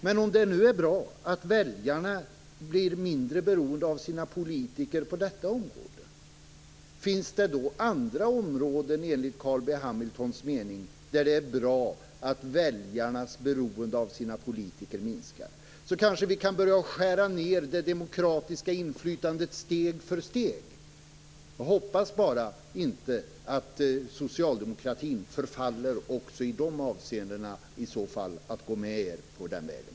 Men om det nu är bra att väljarna blir mindre beroende av sina politiker på detta område, finns det då andra områden enligt Carl B Hamiltons mening där det är bra att väljarnas beroende av sina politiker minskar? Vi kanske kan börja skära ned det demokratiska inflytandet steg för steg. Jag hoppas i så fall bara att socialdemokratin inte förfaller också i de avseendena och går med er på den vägen.